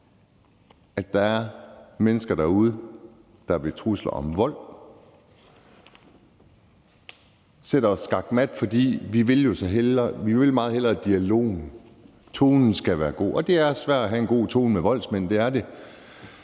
at der er mennesker derude, der ved trusler om vold sætter os skakmat, for vi vil meget hellere dialogen, at tonen skal være god. Og det er svært at have en god tone med voldsmænd, det er det.